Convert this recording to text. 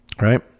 Right